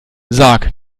sagt